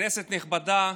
כנסת נכבדה,